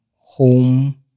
home